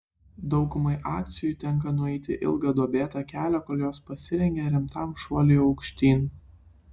daugumai akcijų tenka nueiti ilgą ir duobėtą kelią kol jos pasirengia rimtam šuoliui aukštyn